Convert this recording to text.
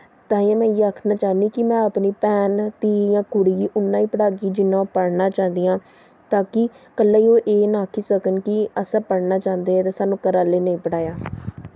तां गै में इ'यै आखना चाह्नी कि में अपनी भैन धी जां कुड़ी गी उन्ना गै पढ़ागी जिन्ना पढ़ना चाह्दियां न तां कि कल्लै गी एह् निं आक्खी सकन कि अस पढ़ना चांह्दे हे ते सानूं घर आह्लें निं पढ़ाया